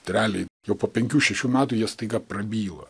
realiai jau po penkių šešių metų jie staiga prabyla